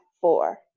four